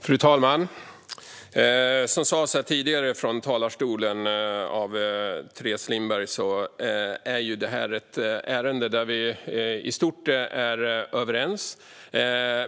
Fru talman! Som Teres Lindberg sa i talarstolen är det här ett ärende där vi i stort är överens.